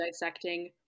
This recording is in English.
dissecting